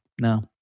No